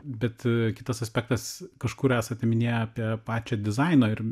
bet kitas aspektas kažkur esate minėję apie pačią dizaino ir